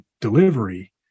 delivery